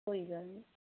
ਕੋਈ ਗੱਲ ਨੀ